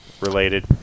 related